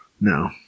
No